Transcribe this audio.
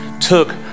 took